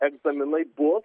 egzaminai bus